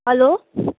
hello